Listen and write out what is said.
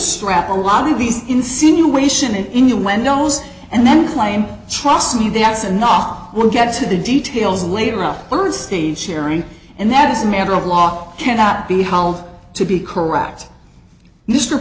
strap a lot of these insinuation and innuendos and then claim trust me that's enough we'll get to the details later on third stage sharing and that is a matter of law cannot be held to be correct mr